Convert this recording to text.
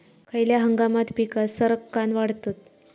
खयल्या हंगामात पीका सरक्कान वाढतत?